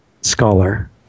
scholar